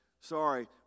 sorry